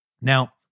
Now